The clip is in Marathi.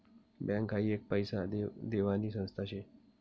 बँक हाई एक पैसा देवानी संस्था शे